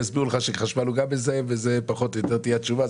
זאת פחות או יותר תהיה התשובה.